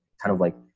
kind of like,